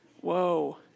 whoa